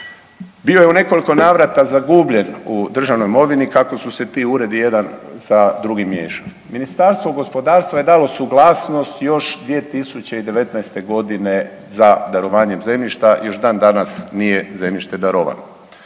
Bio je u nekoliko navrata zagubljen u državnoj imovini kako su se ti uredi jedan sa drugim miješali. Ministarstvo gospodarstva je dalo suglasnost još 2019. godine za darovanjem zemljišta i još dan danas nije zemljište darovano.